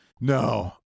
no